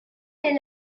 est